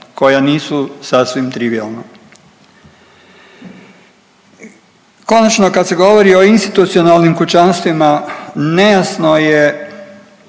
koja nisu sasvim trivijalna. Konačno kad se govori o institucionalnim kućanstvima nejasno je